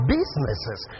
Businesses